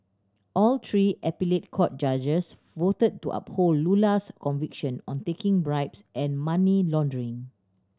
all three appellate court judges voted to uphold Lula's conviction on taking bribes and money laundering